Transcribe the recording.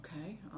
Okay